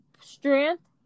strength